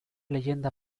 leyenda